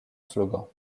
slogan